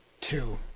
Two